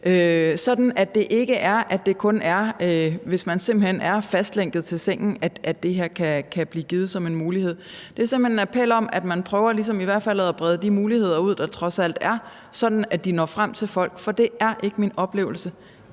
Det er ikke kun, hvis man er fast sengeliggende, at det her kan blive givet som en mulighed. Det er simpelt hen en appel om, at man i hvert fald ligesom prøver at brede de muligheder ud, der trods alt er, sådan at de når frem til folk. For det er ikke min oplevelse,